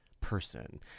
person